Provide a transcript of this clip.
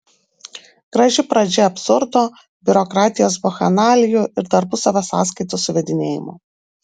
graži pradžia absurdo biurokratijos bakchanalijų ir tarpusavio sąskaitų suvedinėjimo